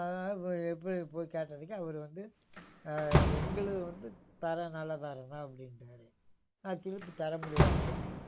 அதனால் போய் போய் போய் கேட்டதுக்கு அவரு வந்து எங்களது வந்து தரம் நல்ல தரம் தான் அப்படின்ட்டாரு நான் திருப்பி தர முடியாதுங்கிறார்